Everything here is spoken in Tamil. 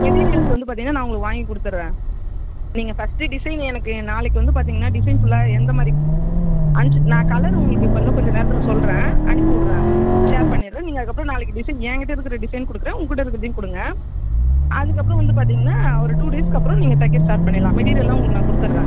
மெட்டீரீயல்ஸ் வந்து பார்த்தீங்கன்னா நான் உங்களுக்கு வாங்கி கொடுத்துர்றேன் நீங்கள் ஃபர்ஸ்ட்டு டிசைன் எனக்கு நாளைக்கு வந்து பார்த்தீங்கன்னா டிசைன் ஃபுல்லாக எந்தமாதிரி அனுப்ச்சி நான் கலர் உங்களுக்கு இப்போ இன்னும் கொஞ்சம் நேரத்தில் சொல்கிறேன் அனுப்பிவிட்றேன் ஷேர் பண்ணிடுறேன் நீங்கள் அதுக்கப்புறம் நாளைக்கு டிசைன் எங்கிட்ட இருக்க டிசைன் கொடுக்குறேன் உங்கிட்டே இருக்கிறதையும் கொடுங்க அதுக்கப்புறம் வந்து பார்த்தீங்கன்னா ஒரு டூ டேஸுக்கு அப்புறம் நீங்கள் தைக்க ஸ்டார்ட் பண்ணிடலாம் மெட்டீரியெல்லாம் உங்களுக்கு நான் கொடுத்துர்றேன்